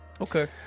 Okay